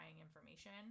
information